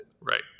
Right